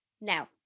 Now